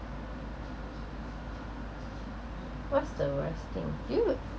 what's the worst thing do you